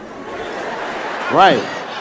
Right